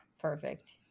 Perfect